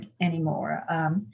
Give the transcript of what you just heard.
anymore